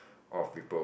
all of people